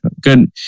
Good